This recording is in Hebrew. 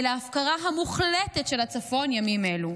לבין ההפקרה המוחלטת של הצפון בימים אלו.